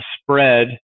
spread